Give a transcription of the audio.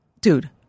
Dude